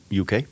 UK